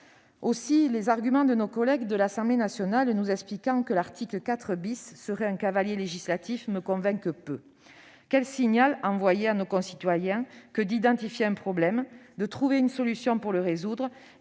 Aussi, les arguments de nos collègues de l'Assemblée nationale, qui nous expliquent que l'article 4 serait un cavalier législatif, me convainquent peu. Quel signal envoie-t-on à nos concitoyens lorsque l'on identifie un problème, que l'on trouve une solution pour le résoudre,